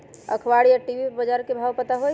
अखबार या टी.वी पर बजार के भाव पता होई?